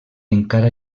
encara